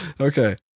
Okay